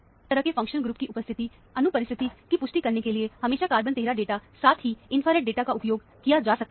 इस तरह के फंक्शनल ग्रुप की उपस्थिति या अनुपस्थिति की पुष्टि करने के लिए हमेशा कार्बन 13 डेटा साथ ही इंफ्रारेड डेटा का उपयोग किया जा सकता है